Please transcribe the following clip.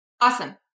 Awesome